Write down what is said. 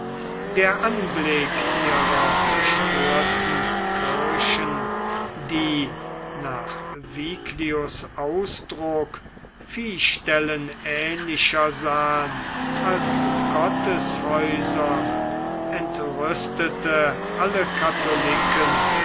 der anblick ihrer zerstörten kirchen die nach viglius ausdruck viehställen ähnlicher sahen als gotteshäusern entrüstete alle katholiken